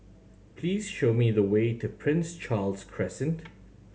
please show me the way to Prince Charles Crescent